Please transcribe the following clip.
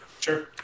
sure